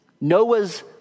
Noah's